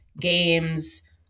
games